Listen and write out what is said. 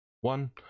one